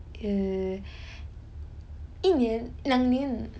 err 一年两年